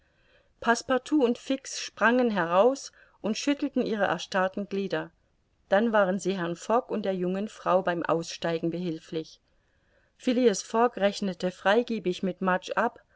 und fix sprangen heraus und schüttelten ihre erstarrten glieder dann waren sie herrn fogg und der jungen frau beim aussteigen behilflich phileas fogg rechnete freigebig mit mudge ab